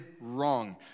wrong